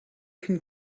can